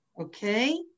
Okay